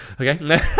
Okay